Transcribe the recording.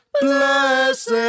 Blessed